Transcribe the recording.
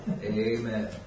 Amen